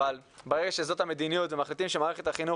אבל ברגע שזאת המדיניות ומחליטים שמערכת החינוך